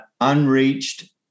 unreached